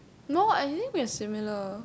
no I think we are similar